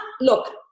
Look